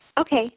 Okay